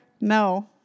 no